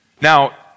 Now